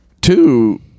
two